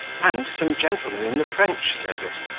and some gentlemen in the french service,